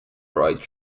dried